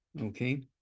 Okay